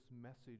message